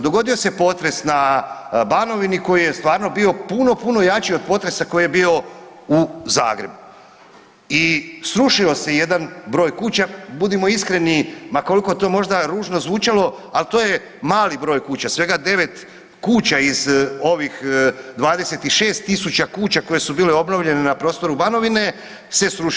Dogodio se potres na banovini koji je stvarno bio puno, puno jači od potresa koji je bio u Zagrebu i srušio se jedna broj kuća, budimo iskreni, ma koliko to možda ružno zvučalo, ali to je mali broj kuća, svega 9 kuća iz ovih 26 000 kuća koje su bile obnovljene na prostoru Banovine se srušio.